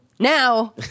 Now